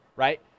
Right